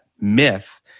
myth